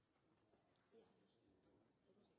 Det